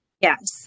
Yes